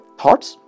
thoughts